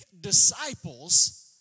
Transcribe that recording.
disciples